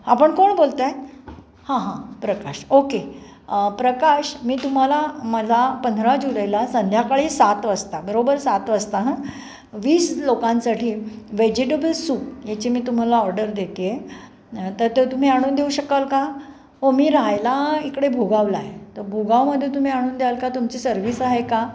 आपण कोण बोलत आहे हां हां प्रकाश ओके प्रकाश मी तुम्हाला मला पंधरा जुलैला संध्याकाळी सात वाजता बरोबर सात वाजता हं वीस लोकांसाठी व्हेजिटेबल्स सूप याची मी तुम्हाला ऑर्डर देते तर ते तुम्ही आणून देऊ शकाल का हो मी राहायला इकडे भूगावला आहे तर भुगावमध्ये तुम्ही आणून द्याल का तुमची सर्विस आहे का